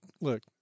Look